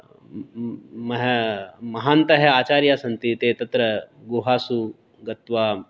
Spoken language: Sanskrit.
महा महान्तः आचार्याः सन्ति ते तत्र गुहासु गत्वा